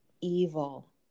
evil